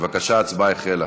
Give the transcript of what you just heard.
בבקשה, ההצבעה החלה.